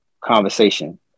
conversation